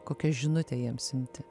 kokią žinutę jiems siunti